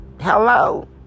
Hello